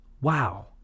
wow